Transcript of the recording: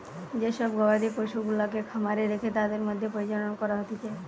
যে সব গবাদি পশুগুলাকে খামারে রেখে তাদের মধ্যে প্রজনন করা হতিছে